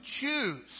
choose